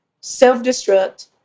self-destruct